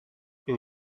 and